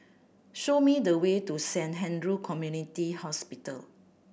show me the way to Saint Andrew Community Hospital